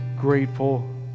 grateful